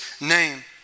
name